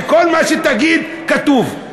כל מה שתגיד, כתוב.